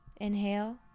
Inhale